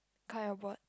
kind of what